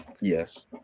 Yes